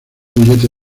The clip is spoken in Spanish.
billete